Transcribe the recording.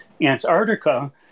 Antarctica